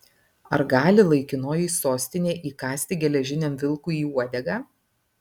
ar gali laikinoji sostinė įkąsti geležiniam vilkui į uodegą